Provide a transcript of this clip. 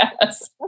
Yes